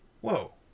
Whoa